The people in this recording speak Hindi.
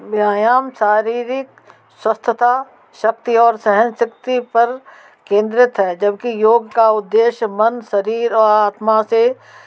व्यायाम शारीरिक स्वास्थ्य शक्ति और सहनशक्ति पर केंद्रित है जबकि योग का उद्देश्य मन शरीर और आत्मा से